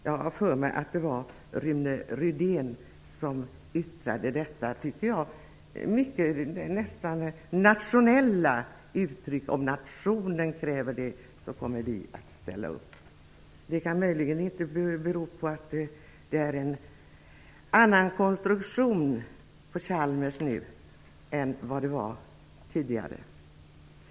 Jag har för mig att det var Rune Rydén som yttrade detta nästan nationella uttryck: ''Om nationen kräver det kommer vi att ställa upp.'' Kan det möjligen bero på att det är en annan konstruktion på Chalmers nu än det var tidigare?